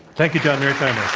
thank you, john mearsheimer.